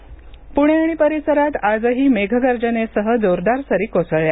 प्णे आणि परिसरात आजही मेघगर्जनेसह जोरदार सरी कोसळल्या